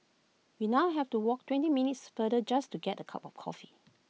we now have to walk twenty minutes further just to get A cup of coffee